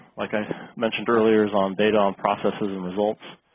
like i mentioned earlier is on data on processes and results.